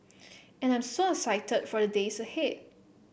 and I'm so excited for the days ahead